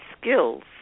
skills